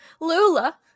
Lula